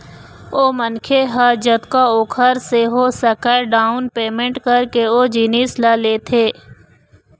ओ मनखे ह जतका ओखर से हो सकय डाउन पैमेंट करके ओ जिनिस ल लेथे